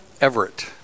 Everett